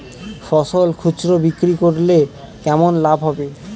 ফসল খুচরো বিক্রি করলে কেমন লাভ হবে?